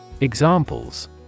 Examples